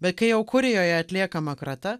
bet kai jau kurijoje atliekama krata